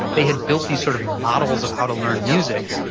they had built these sort of models of how to learn music,